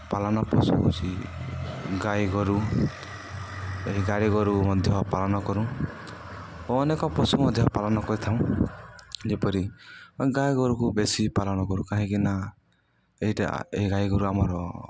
ପାଳନ ପଶୁ ହେଉଛି ଗାଈ ଗୋରୁ ଏହି ଗାଈ ଗୋରୁ ମଧ୍ୟ ପାଳନ କରୁ ଓ ଅନେକ ପଶୁ ମଧ୍ୟ ପାଳନ କରିଥାଉ ଯେପରି ଗାଈ ଗୋରୁକୁ ବେଶୀ ପାଳନ କରୁ କାହିଁକିନା ଏଇଟା ଏ ଗାଈ ଗୋରୁ ଆମର